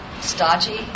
stodgy